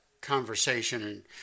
conversation